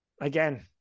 again